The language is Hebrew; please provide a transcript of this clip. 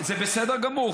זה בסדר גמור.